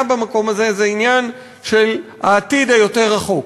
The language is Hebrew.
במקום הזה זה עניין של העתיד היותר-רחוק.